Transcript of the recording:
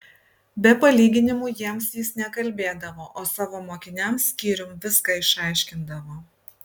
be palyginimų jiems jis nekalbėdavo o savo mokiniams skyrium viską išaiškindavo